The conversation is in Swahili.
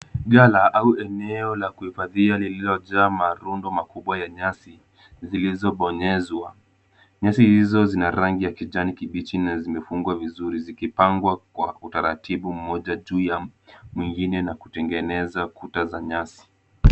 Ghala au eneo la kuhifadhia lililojaa marundo makubwa ya nyasi zilizobonyezwa. Nyasi hizo zina rangi ya kijani kibichi na zimefungwa vizuri zikipangwa kwa utaratibu moja juu ya mwingine na kutengeneza kuta za nyasi.